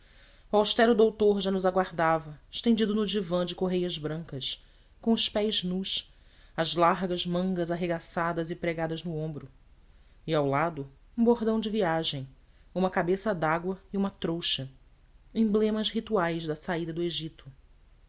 o austero doutor já nos aguardava estendido no divã de correias brancas com os pés nus as largas mangas arregaçadas e pregadas no ombro e ao lado um bordão de viagem uma cabaça de água e uma trouxa emblemas rituais da saída do egito